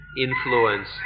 influence